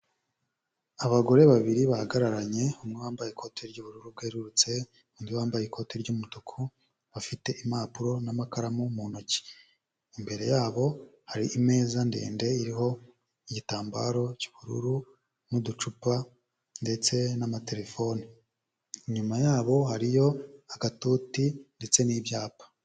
Abagore babiri bahagararanye umwe wambaye ikoti ry'ubururu bwerurutse undi wambaye ikoti ry'umutuku, bafite impapuro n'amakaramu mu ntoki, imbere yabo hari imeza ndende iriho igitambaro cy'ubururu n'uducupa ndetse n'amaterefone, inyuma yabo hariyo agatuti ndetse n'ibyapa.